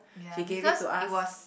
ya because it was